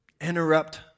Interrupt